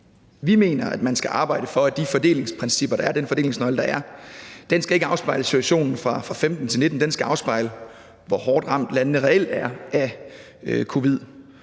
vi mener, at man skal arbejde for, at de fordelingsprincipper, den fordelingsnøgle, der er, ikke skal afspejle situationen fra 2015-2019; den skal afspejle, hvor hårdt ramt landene reelt er af covid-19.